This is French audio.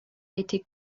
été